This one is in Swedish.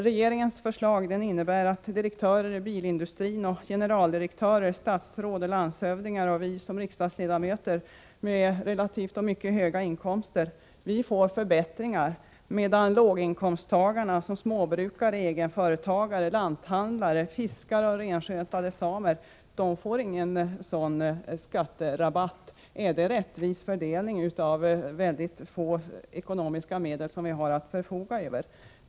Regeringens förslag innebär att direktörer i bilindustrin, generaldirektörer, statsråd, landshövdingar och vi riksdagsledamöter med relativt eller mycket höga inkomster får förbättringar, medan låginkomsttagarna, såsom småbrukare, egenföretagare, lanthandlare, fiskare och renskötande samer, inte får någon sådan skatterabatt. Är det en rättvis fördelning av de mycket knappa ekonomiska medel som vi förfogar över?